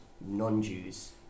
non-Jews